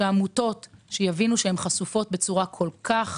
כך שעמותות יבינו שהן חשופות בצורה כל כך